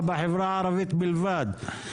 בחברה הערבית בלבד,